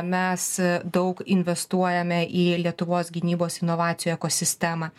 mes daug investuojame į lietuvos gynybos inovacijų ekosistemą